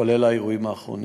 כולל האירועים האחרונים: